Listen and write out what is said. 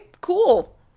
cool